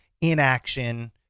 inaction